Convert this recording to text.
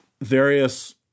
various